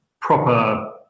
proper